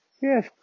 Yes